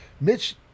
Mitch